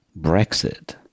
Brexit